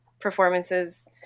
performances